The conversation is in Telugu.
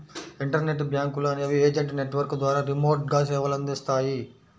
ఇంటర్నెట్ బ్యాంకులు అనేవి ఏజెంట్ నెట్వర్క్ ద్వారా రిమోట్గా సేవలనందిస్తాయి